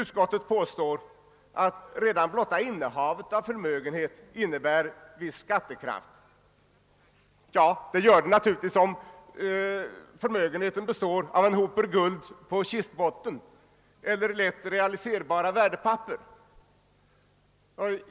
Utskottet påstår att redan blotta innehavet av förmögenhet innebär viss skattekraft. Ja, det gör det naturligtvis om förmögenheten består av en hoper guld på kistbotten eller lätt realiserbara värdepapper.